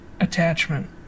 attachment